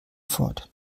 fort